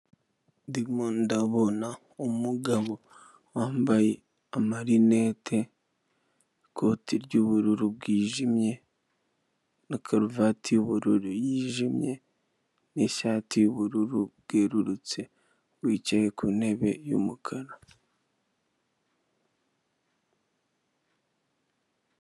Ndimo ndabona umugabo wambaye amarinete ikoti ry'ubururu bwijimye, na karuvati y'ubururu yijimye n'ishati y'ubururu bwerurutse, bicaye ku ntebe y'umukara.